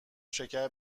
شکر